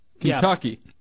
Kentucky